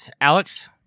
Alex